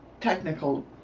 Technical